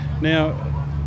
Now